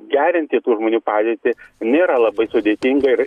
gerinti tų žmonių padėtį nėra labai sudėtinga ir